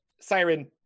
Siren